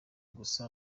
gusa